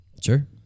Sure